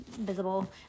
visible